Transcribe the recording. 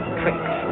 tricks